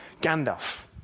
Gandalf